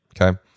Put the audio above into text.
Okay